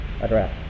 address